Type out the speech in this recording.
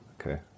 Okay